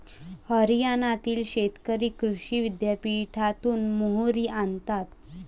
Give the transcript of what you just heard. हरियाणातील शेतकरी कृषी विद्यापीठातून मोहरी आणतात